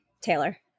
Taylor